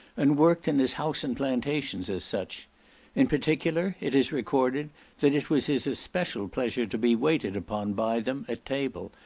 and worked in his house and plantations as such in particular, it is recorded that it was his especial pleasure to be waited upon by them at table,